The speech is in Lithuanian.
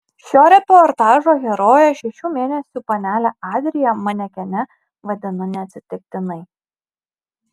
šio reportažo heroję šešių mėnesių panelę adriją manekene vadinu neatsitiktinai